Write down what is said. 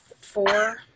four